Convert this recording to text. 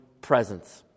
presence